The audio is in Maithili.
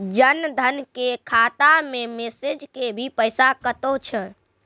जन धन के खाता मैं मैसेज के भी पैसा कतो छ?